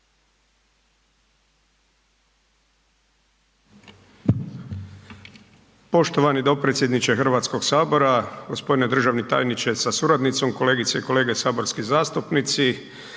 Poštovani dopredsjedniče Hrvatskoga sabora, g. državni tajniče sa suradnicom, kolegice i kolege saborski zastupnici.